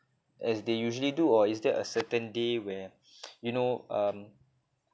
as they usually do or is there a certain day where you know um